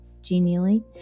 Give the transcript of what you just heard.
genially